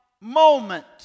moment